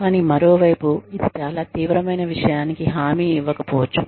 కానీ మరోవైపు ఇది చాలా తీవ్రమైన విషయానికి హామీ ఇవ్వకపోవచ్చు